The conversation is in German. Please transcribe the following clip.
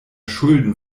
schulden